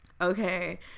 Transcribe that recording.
Okay